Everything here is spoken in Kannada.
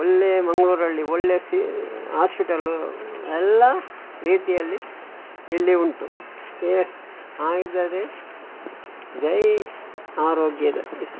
ಒಳ್ಳೆಯ ಮಂಗಳೂರಲ್ಲಿ ಒಳ್ಳೆಯ ಸಿ ಆಸ್ಪಿಟಲ್ ಎಲ್ಲ ರೀತಿಯಲ್ಲಿ ಇಲ್ಲಿ ಉಂಟು ಈಗ ಆದರೆ ಗೈ ಆರೋಗ್ಯದ ವಿಷ್